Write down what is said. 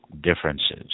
differences